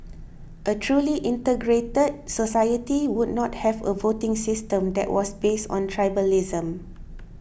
a truly integrated society would not have a voting system that was based on tribalism